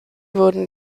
wurden